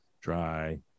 dry